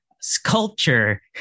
sculpture